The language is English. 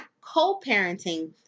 co-parenting